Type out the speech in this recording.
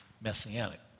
messianic